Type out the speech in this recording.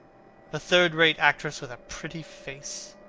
a third-rate actress with a pretty face.